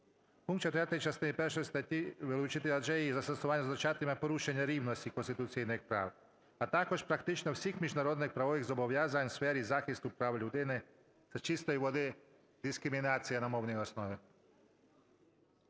Пункт 14 частини першої статті вилучити, адже її застосування означатиме порушення рівності конституційних прав, а також практично всіх міжнародних правових зобов'язань у сфері захисту прав людини. Це чистої води дискримінація на мовній основі.